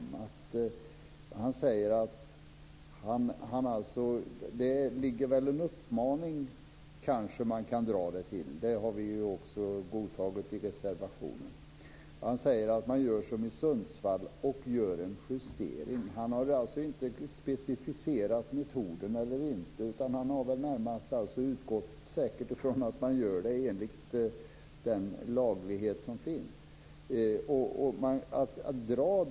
Man kan kanske få det till att det ligger en uppmaning i det. Det har vi också godtagit i reservationen. Han säger att man gör som i Sundsvall och gör en justering. Han har alltså inte specificerat metoderna. Han har säkert utgått ifrån att man gör det enligt den lagstiftning som finns.